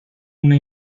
una